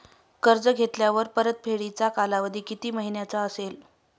कर्ज घेतल्यावर परतफेडीचा कालावधी किती महिन्यांचा असेल?